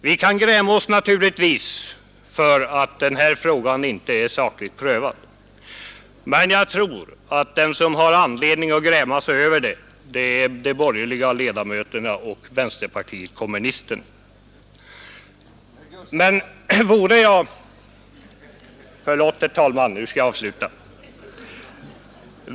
Vi kan naturligtvis gräma oss över att den här frågan inte är sakligt prövad, men jag tror att de som har anledning att gräma sig över det i första hand är de borgerliga ledamöterna och vänsterpartiet kommunisterna.